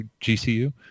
GCU